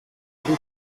rwo